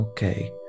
Okay